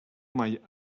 mai